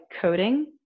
coding